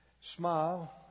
smile